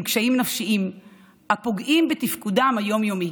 קשיים נפשיים הפוגעים בתפקודם היום-יומי.